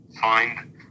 find